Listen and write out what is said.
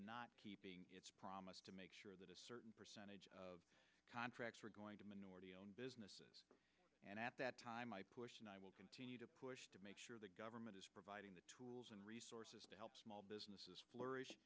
its promise to make sure that a certain percentage of contracts are going to minority owned businesses and at that time i push and i will continue to push to make sure the government is providing the tools and resources to help small businesses flourish